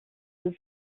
was